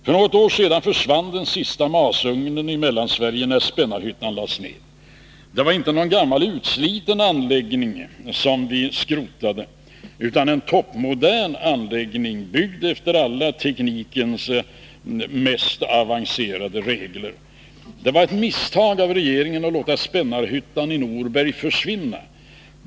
För något år sedan försvann den sista masugnen i Mellansverige, när Spännarhyttan lades ned. Det var inte någon gammal, utsliten anläggning som vi skrotade utan en toppmodern anläggning, byggd efter teknikens mest avancerade regler. Det var ett misstag av regeringen att låta Spännarhyttan i Norberg försvinna.